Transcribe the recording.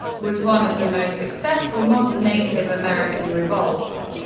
was one of the most successful modern native american revolts.